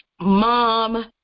mom